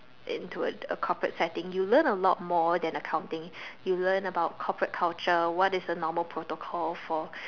into a corporate setting you learn a lot more than accounting you learn about corporate culture what is a normal protocol for